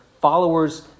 followers